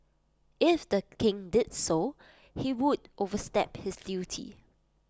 if the king did so he would overstep his duty